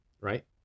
right